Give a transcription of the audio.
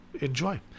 enjoy